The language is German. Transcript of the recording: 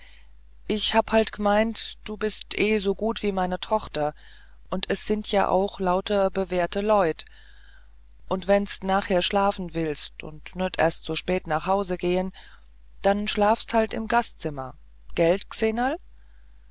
ich hab halt g'meint du bist eh so gut wie meine tochter und es sind ja auch lauter bewährte leut und wenns d nachher schlafen willst und nöt erst so spät nach hause gehen dann schlafst d halt im gastzimmer gelt